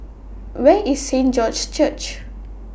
Where IS Saint George's Church